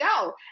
go